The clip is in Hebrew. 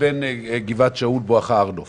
וענף